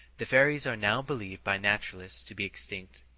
the fairies are now believed by naturalists to be extinct,